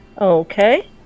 Okay